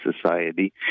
society